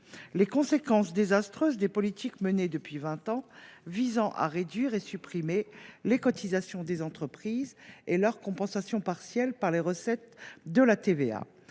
les conséquences désastreuses des politiques menées depuis vingt ans pour réduire, voire supprimer les cotisations des entreprises en les compensant partiellement par les recettes de la TVA.